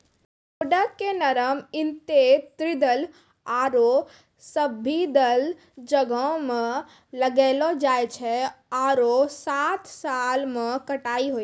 geoduck के नरम intertidal आरो सब्तिदल जग्हो में लगैलो जाय छै आरो सात साल में कटाई होय छै